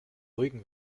beruhigen